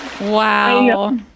Wow